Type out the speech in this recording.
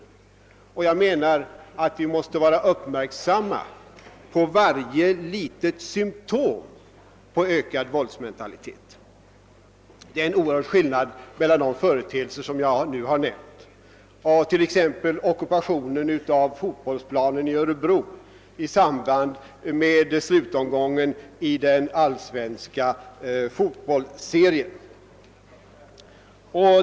Vi måste vara uppmärksamma på varje litet symptom på ökad våldsmentalitet. | Det är en oerhört stor skillnad mellan de företeelser som jag nu nämnt och t.ex. ockupationen av fotbollsplanen i Örebro i samband med slutomgången i den allsvenska fotbollsserien.